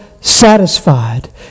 satisfied